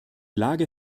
lage